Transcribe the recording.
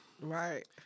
Right